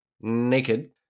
naked